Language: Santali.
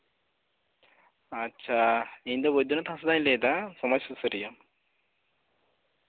ᱟᱪᱪᱷᱟ ᱤᱧ ᱫᱚ ᱵᱳᱭᱫᱳᱱᱟᱛᱷ ᱦᱟᱸᱥᱫᱟᱧ ᱞᱟᱹᱭᱫᱟ ᱥᱚᱢᱟᱡ ᱥᱩᱥᱟᱹᱨᱤᱭᱟᱹ